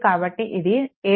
కాబట్టి ఇది 7